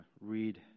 read